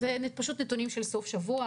אלה נתונים של סוף השבוע,